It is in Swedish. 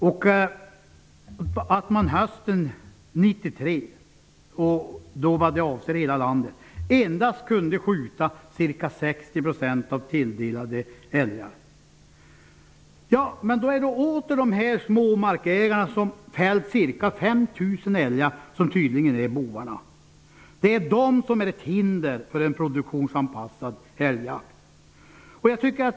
Hösten 1993 kunde man endast skjuta ca 60 % av tilldelade älgar -- det gällde hela landet. Då är det tydligen åter ägarna av mindre marker, som har fällt ca 5 000 älgar, som är bovarna. Det är de som är ett hinder för en produktionsanpassad älgjakt.